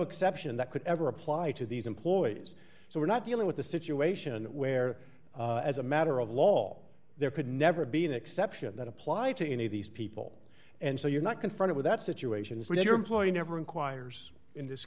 exception that could ever apply to these employees so we're not dealing with a situation where as a matter of law there could never be an exception that applied to any of these people and so you're not confronted with that situation so your employee never inquires in this